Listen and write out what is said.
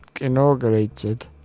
inaugurated